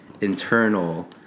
internal